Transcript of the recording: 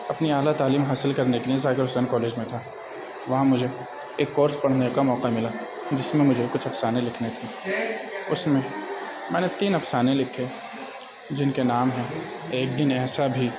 اپنی اعلیٰ تعلیم حاصل کرنے کے لیے ذاکر حسین کالج میں تھا وہاں مجھے ایک کورس پڑھنے کا موقع ملا جس میں مجھے کچھ افسانے لکھنے تھے اس میں میں نے تین افسانے لکھے جن کے نام ہیں ایک دن ایسا بھی